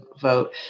vote